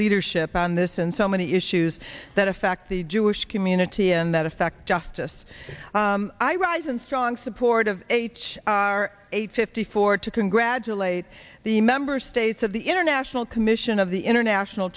leadership on this and so many issues that affect the jewish community and that affect justice i rise in strong support of h r eight fifty four to congratulate the member states of the international commission of the international